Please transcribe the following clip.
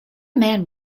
man